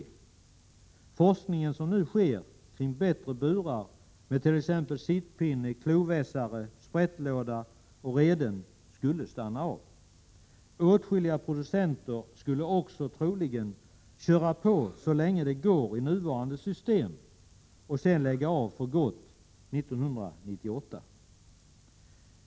Den forskning som nu sker kring bättre burar med t.ex. sittpinne, klovässare, sprättlåda och reden skulle stanna av. Åtskilliga producenter skulle troligen köra på så länge det går med nuvarande system och sedan lägga av för gott 1998.